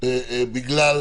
בגלל